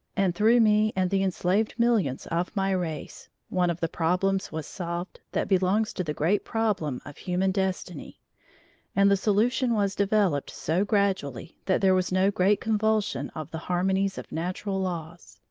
and through me and the enslaved millions of my race, one of the problems was solved that belongs to the great problem of human destiny and the solution was developed so gradually that there was no great convulsion of the harmonies of natural laws.